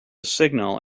signal